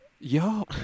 yo